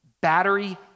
battery